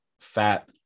fat